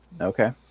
okay